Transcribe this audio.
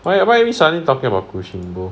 why why are we suddenly talking about Kushinbo